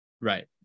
Right